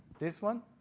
this one?